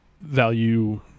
value